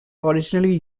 originally